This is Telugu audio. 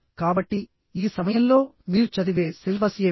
కాబట్టి ఈ సమయంలో మీరు చదివే సిలబస్ ఏమిటి